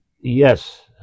yes